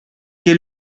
che